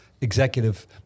executive